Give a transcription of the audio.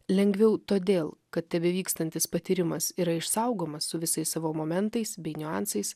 lengviau todėl kad tebevykstantis patyrimas yra išsaugomas su visais savo momentais bei niuansais